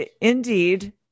indeed